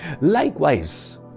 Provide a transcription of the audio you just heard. Likewise